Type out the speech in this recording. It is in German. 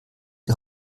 die